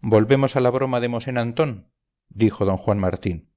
volvemos a la broma de mosén antón dijo d juan martín